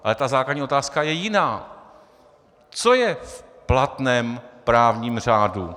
Ale základní otázka je jiná: Co je v platném právním řádu?